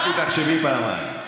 קטי, תחשבי פעמיים.